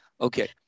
okay